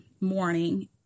morning